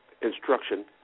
instruction